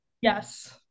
Yes